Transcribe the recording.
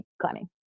climbing